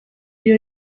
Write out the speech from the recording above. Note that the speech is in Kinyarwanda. iyo